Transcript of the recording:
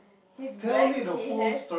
he's black he has